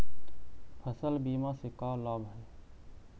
फसल बीमा से का लाभ है?